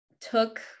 took